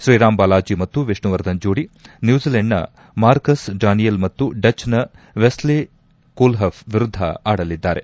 ಶ್ರೀರಾಮ್ ಬಾಲಾಜಿ ಮತ್ತು ವಿಷ್ಣುವರ್ಧನ್ ಜೋಡಿ ನ್ಪೂಜಿಲೆಂಡ್ನ ಮಾರ್ಕಸ್ ಡಾನಿಯಲ್ ಮತ್ತು ಡಚ್ನ ವೆಸ್ಸೆ ಕೂಲ್ಹಫ್ ವಿರುದ್ದ ಆಡಲಿದ್ದಾರೆ